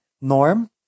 norm